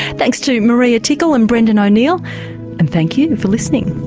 thanks to maria tickle and brendan o'neill and thank you for listening